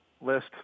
list